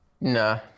Nah